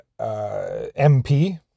MP